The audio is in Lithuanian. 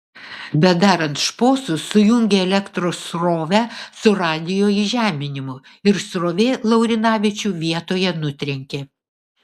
bedarant šposus sujungė elektros srovę su radijo įžeminimu ir srovė laurinavičių vietoje nutrenkė